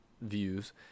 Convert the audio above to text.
views